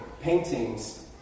paintings